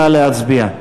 נא להצביע.